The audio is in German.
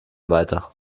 weiter